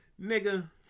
nigga